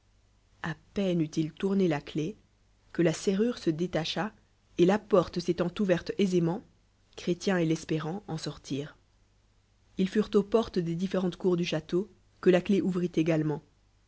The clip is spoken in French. a peine eut-il tourné la clef que la serrure se détacha et la porte s'étant ouverte aisément t chrétien et l'espérant en sortirent ils furent aux portes des différentes coars da chàteau que la clef onvrit également